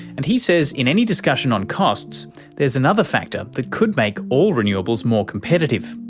and he says in any discussion on costs there's another factor that could make all renewables more competitive,